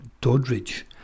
Doddridge